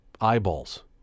eyeballs